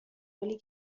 گلی